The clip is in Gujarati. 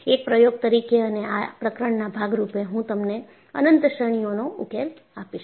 એક પ્રયોગ તરીકે અને આ પ્રકરણના ભાગ રૂપે હું તમને અનંત શ્રેણીઓનો ઉકેલ આપીશ